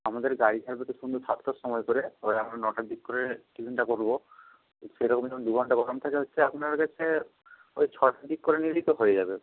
আমাদের গাড়ি ছাড়বে তো সন্ধ্যে সাতটার সময় করে এবারে আমরা নটার দিক করে টিফিনটা করব তো সেরকমই দুঘণ্টা গরম থাকে হচ্ছে আপনার কাছে ওই ছটার দিক করে নিলেই তো হয়ে যাবে